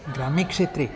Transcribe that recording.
ग्राम्यक्षेत्रे